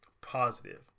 positive